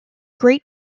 great